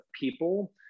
people